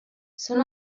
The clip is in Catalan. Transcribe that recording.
són